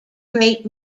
great